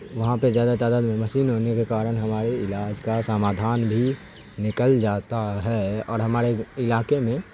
وہاں پہ زیادہ تعداد میں مسین ہونے کے کارن ہمارے علاج کا سمادھان بھی نکل جاتا ہے اور ہمارے علاقے میں